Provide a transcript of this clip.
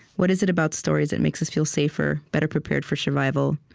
what is it about stories that makes us feel safer, better prepared for survival?